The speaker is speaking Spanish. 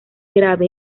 grave